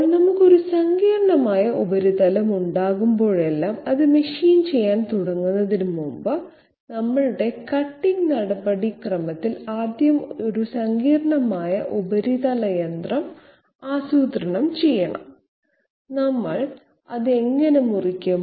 ഇപ്പോൾ നമുക്ക് ഒരു സങ്കീർണ്ണമായ ഉപരിതലം ഉണ്ടാകുമ്പോഴെല്ലാം അത് മെഷീൻ ചെയ്യാൻ തുടങ്ങുന്നതിനുമുമ്പ് നമ്മളുടെ കട്ടിംഗ് നടപടിക്രമത്തിൽ ആദ്യം ഈ സങ്കീർണ്ണമായ ഉപരിതല യന്ത്രം ആസൂത്രണം ചെയ്യണം നമ്മൾ അത് എങ്ങനെ മുറിക്കും